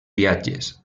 viatges